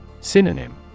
Synonym